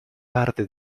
parte